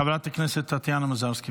חברת הכנסת טטיאנה מזרסקי,